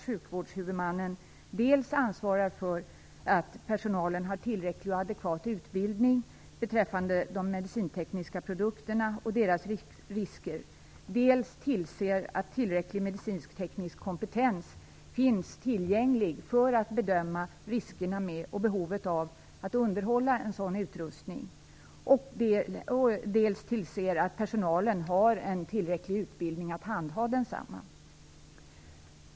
Sjukvårdshuvudmannen bör ta ansvar för att personalen har tillräcklig och adekvat utbildning beträffande de medicinsk-tekniska produkterna och deras risker. Sjukvårdshuvudmannen bör också se till att tillräcklig medicinsk-teknisk kompetens finns tillgänglig för att bedöma riskerna med, och behovet av, underhåll av utrustningen samt att personalen har tillräcklig utbildning för att handha utrustningen.